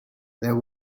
there